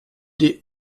des